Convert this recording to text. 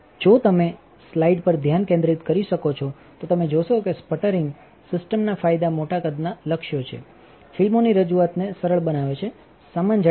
જો તમે સ્લાઇડ પર ધ્યાન કેન્દ્રિત કરી શકો છો તો તમે જોશો કે સ્પટરિંગ સિસ્ટમના ફાયદા મોટા કદના લક્ષ્યો છે ફિલ્મોની રજૂઆતને સરળ બનાવે છે સમાન જાડાઈ છે